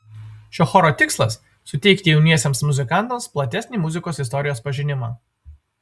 šio choro tikslas suteikti jauniesiems muzikantams platesnį muzikos istorijos pažinimą